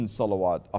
salawat